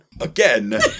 Again